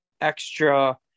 extra